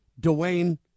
Dwayne